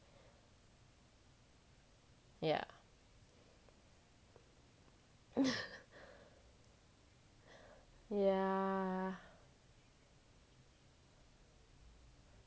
yeah yeah